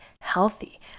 healthy